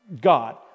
God